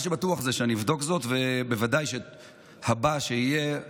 מה שבטוח זה שאני אבדוק זאת ובוודאי שהבא שיהיה,